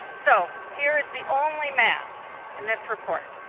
so here is the only math in this report.